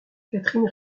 catherine